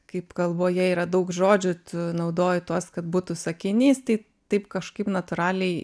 kaip kalboje yra daug žodžių tu naudoji tuos kad būtų sakinys tai taip kažkaip natūraliai